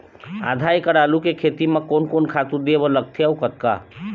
आधा एकड़ आलू के खेती म कोन कोन खातू दे बर लगथे अऊ कतका?